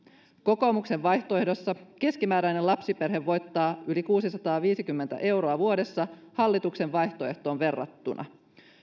kokoomuksen vaihtoehdossa keskimääräinen lapsiperhe voittaa yli kuusisataaviisikymmentä euroa vuodessa hallituksen vaihtoehtoon verrattuna jatkuessaan